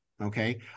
Okay